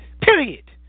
period